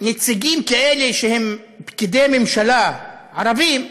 נציגים כאלה, שהם פקידי ממשלה ערבים,